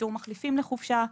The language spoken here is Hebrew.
איתור מחליפים לחופשה,